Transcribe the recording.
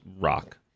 rock